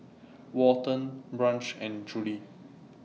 Walton Branch and Juli